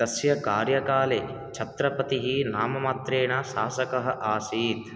तस्य कार्यकाले छत्रपतिः नाममात्रेण शासकः आसीत्